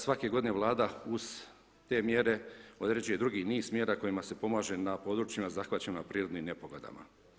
Svake g. vlada uz te mjere određuje drugi niz mjera, kojima se pomaže na područjima zahvaćena prirodnim nepogodama.